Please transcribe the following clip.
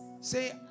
Say